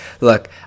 Look